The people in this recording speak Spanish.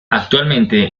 actualmente